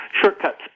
shortcuts